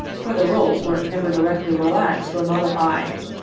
for the rules were never directly relaxed or modified.